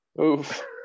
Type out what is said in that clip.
Oof